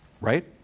right